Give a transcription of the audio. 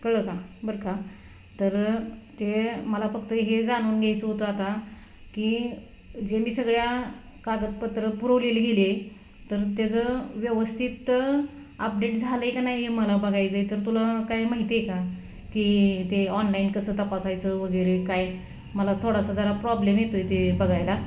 कळलं का बर का तर ते मला फक्त हे जाणून घ्यायचं होतं आता की जे मी सगळ्या कागदपत्रं पुरवलेले गेले तर त्याचं व्यवस्थित आपडेट झालं आहे का नाही हे मला बघायचं आहे तर तुला काय माहिती आहे का की ते ऑनलाईन कसं तपासायचं वगैरे काय मला थोडासा जरा प्रॉब्लेम येतो आहे ते बघायला